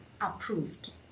approved